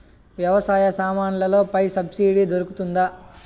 వ్యవసాయ సామాన్లలో పై సబ్సిడి దొరుకుతుందా?